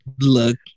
look